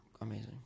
amazing